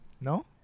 No